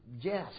yes